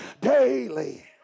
daily